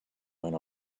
went